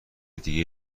دیگه